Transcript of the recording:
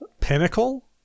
Pinnacle